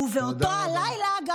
תודה רבה, תודה רבה.